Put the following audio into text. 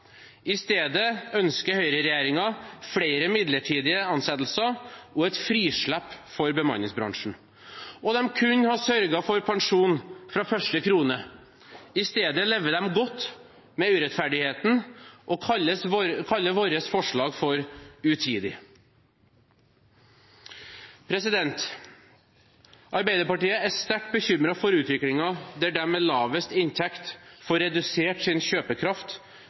i stedet ønsker høyreregjeringen flere midlertidige ansettelser og et frislipp for bemanningsbransjen. Og de kunne ha sørget for pensjon fra første krone – i stedet lever de godt med urettferdigheten og kaller våre forslag for utidige. Arbeiderpartiet er sterkt bekymret for utviklingen der de med lavest inntekt får redusert sin kjøpekraft,